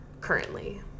currently